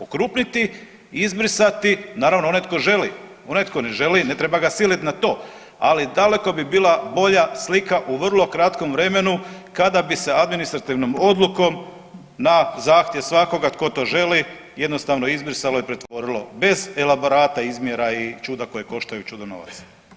okrupniti, izbrisati, naravno onaj tko želi, onaj tko ne želi ne treba ga siliti na to, ali daleko bi bila bolja slika u vrlo kratkom vremenu kada bi se administrativnom odlukom na zahtjev svakoga tko to želi jednostavno izbrisalo i pretvorilo bez elaborata, izmjera i čuda koje koštaju čudo novaca.